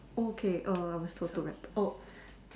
okay err I was total wrapped oh